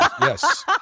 yes